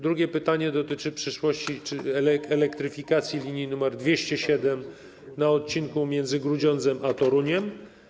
Drugie pytanie dotyczy przyszłości czy elektryfikacji linii nr 207 na odcinku między Grudziądzem a Toruniem.